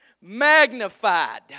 magnified